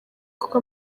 kuko